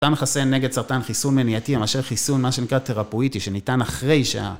סרטן מחסן נגד סרטן חיסון מניעתי, מאשר חיסון... מה שנקרא תרפויטי, שניתן אחרי שעה.